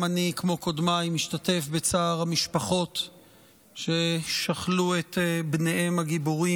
גם אני כמו קודמיי משתתף בצער המשפחות ששכלו את בניהן הגיבורים